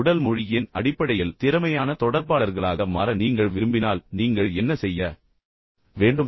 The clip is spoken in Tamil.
உடல் மொழியின் அடிப்படையில் திறமையான தொடர்பாளர்களாக மாற நீங்கள் விரும்பினால் நீங்கள் என்ன செய்ய வேண்டும்